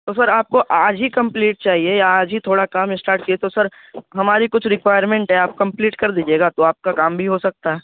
تو سر آپ کو آج ہی کمپلیٹ چاہیے یا آج ہی تھوڑا کام اسٹارٹ کیے تو سر ہماری کچھ ریکوائرمنٹ ہے آپ کمپلیٹ کر دیجیے گا تو آپ کا کام بھی ہو سکتا ہے